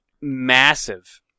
massive